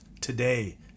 today